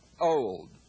old